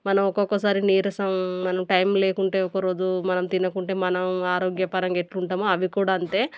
మనం ఒక్కొక్కసారి నీరసం మనం టైం లేకుంటే ఒక రోజు మనం తినకుంటే మనం ఆరోగ్యపరంగా ఎలా ఉంటామో అవి కూడా అంతే